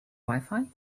wifi